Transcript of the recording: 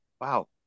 Wow